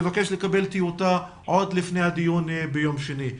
נבקש לקבל טיוטה עוד לפני הדיון שיתקיים ביום שני.